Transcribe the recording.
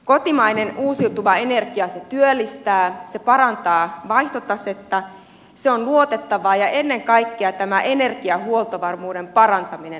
kotimainen uusiutuva energia työllistää se parantaa vaihtotasetta se on luotettava ja ennen kaikkea tämä energiahuoltovarmuuden parantaminen on tärkeää